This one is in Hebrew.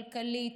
כלכלי,